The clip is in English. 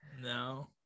No